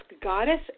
goddess